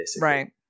right